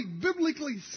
biblically